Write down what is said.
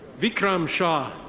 vikram shah.